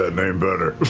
ah name better.